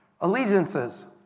allegiances